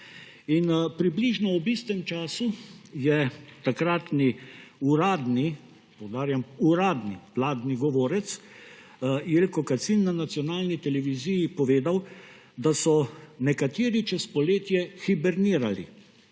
Približno ob istem času je takratni uradni, poudarjam uradni, vladni govorec Jelko Kacin na nacionalni televiziji povedal, da so nekateri čez poletje hibernirali,